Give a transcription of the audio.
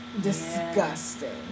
Disgusting